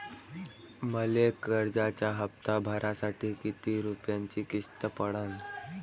मले कर्जाचा हप्ता भरासाठी किती रूपयाची किस्त पडन?